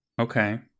Okay